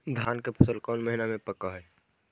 धान के फसल कौन महिना मे पक हैं?